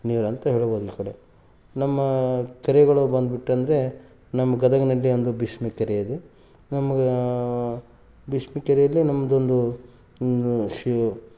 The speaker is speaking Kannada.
ನೀರು ಅಂತ ಹೇಳ್ಬೌದು ಈ ಕಡೆ ನಮ್ಮ ಕೆರೆಗಳು ಬಂದು ಬಿಟ್ಟು ಅಂದರೆ ನಮ್ಮ ಗದಗಿನಲ್ಲಿ ಒಂದು ಭೀಷ್ಮ ಕೆರೆ ಇದೆ ನಮ್ಗೆ ಭೀಷ್ಮ ಕೆರೇಲಿ ನಮ್ಮದೊಂದು ಸ್